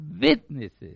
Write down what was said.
witnesses